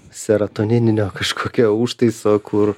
serotonino kažkokia užtaiso kur